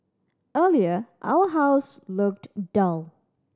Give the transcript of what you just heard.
earlier our house looked dull